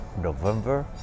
November